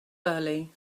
early